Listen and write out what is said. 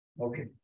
Okay